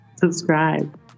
subscribe